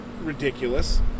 ridiculous